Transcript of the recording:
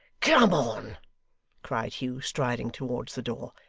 come on cried hugh, striding towards the door.